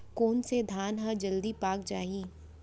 कोन से धान ह जलदी पाक जाही?